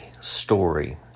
story